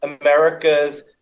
America's